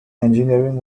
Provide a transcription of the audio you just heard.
engineering